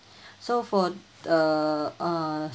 so for the uh